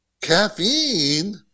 Caffeine